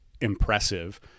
impressive